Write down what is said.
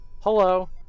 Hello